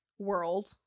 world